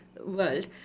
world